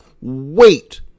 wait